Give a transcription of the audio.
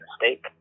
mistake